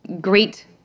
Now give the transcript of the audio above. great